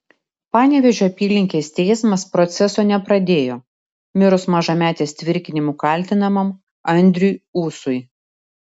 panevėžio apylinkės teismas proceso nepradėjo mirus mažametės tvirkinimu kaltinamam andriui ūsui